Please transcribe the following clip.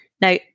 Now